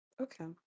Okay